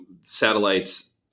satellites